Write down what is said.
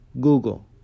Google